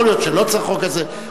יכול להיות שלא צריך חוק כזה.